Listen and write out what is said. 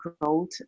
growth